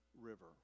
River